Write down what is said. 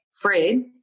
Fred